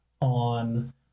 on